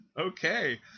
Okay